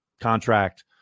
contract